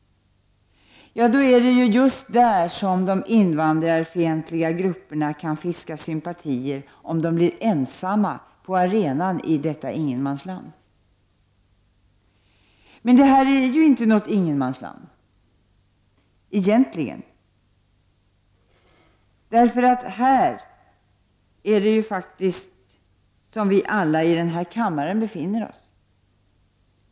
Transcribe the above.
Då är det just där som de invandrarfientliga grupperna kan fiska sympatier, om de blir ensamma på arenan i detta ingenmansland. Men detta är ju inte något ingenmansland — egentligen. Det är nämligen här i detta ingenmansland som alla vi här i kammaren befinner oss.